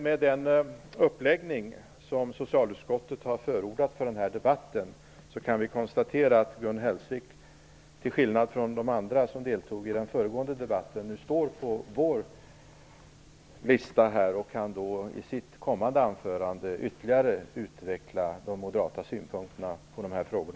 Med den uppläggning som socialutskottet har förordat för denna debatt kan vi konstatera att Gun Hellsvik, till skillnad från övriga som deltog i den föregående debatten, nu står på talarlistan och kan då i sina anföranden ytterligare utveckla de moderata synpunkterna i dessa frågor.